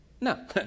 no